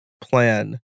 plan